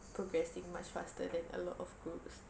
progressing much faster than a lot of groups